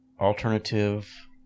alternative